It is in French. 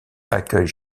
accueille